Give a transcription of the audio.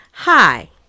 Hi